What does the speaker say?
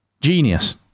Genius